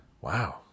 Wow